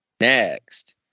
next